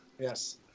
Yes